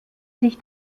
sich